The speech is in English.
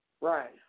Right